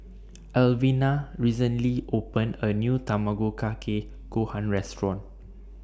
Evelena recently opened A New Tamago Kake Gohan Restaurant